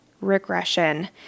regression